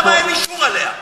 למה אין אישור עליה?